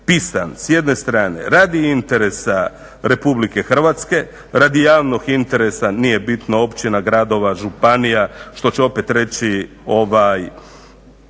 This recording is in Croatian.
pisan s jedne strane radi interesa Republike Hrvatske, radi javnog interesa, nije bitno, općina, gradova, županija što će opet reći ljudi